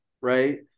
right